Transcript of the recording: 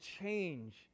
change